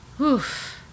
oof